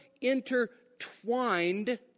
intertwined